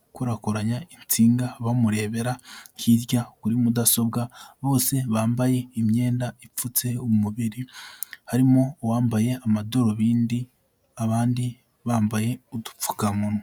gukorakoranya insinga bamurebera hirya kuri mudasobwa, bose bambaye imyenda ipfutse umubiri, harimo uwambaye amadarubindi, abandi bambaye udupfukamunwa.